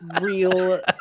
real